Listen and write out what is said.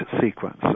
sequence